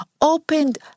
opened